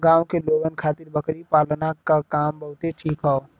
गांव के लोगन खातिर बकरी पालना क काम बहुते ठीक हौ